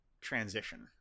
transition